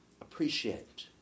appreciate